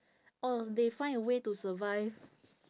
or they find a way to survive